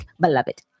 beloved